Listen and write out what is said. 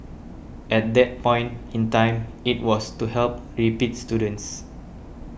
at that point in time it was to help repeat students